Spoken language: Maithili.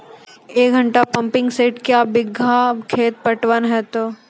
एक घंटा पंपिंग सेट क्या बीघा खेत पटवन है तो?